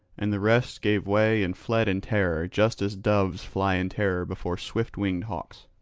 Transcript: and the rest gave way and fled in terror just as doves fly in terror before swift-winged hawks.